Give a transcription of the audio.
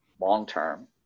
long-term